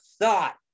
thought